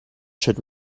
should